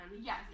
Yes